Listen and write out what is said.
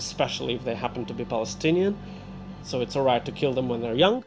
especially if they happen to be palestinian so it's all right to kill them when they're young